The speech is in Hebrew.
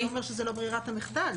זה אומר שזו לא ברירת המחדל.